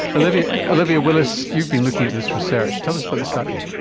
olivia olivia willis, you've been looking at this research. tell us about the study.